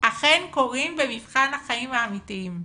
אכן קורים במבחן החיים האמיתיים.